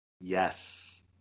Yes